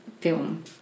film